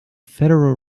federal